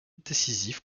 décisif